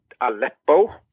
Aleppo